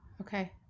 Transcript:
Okay